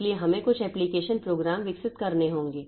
इसलिए हमें कुछ एप्लिकेशन प्रोग्राम विकसित करने होंगे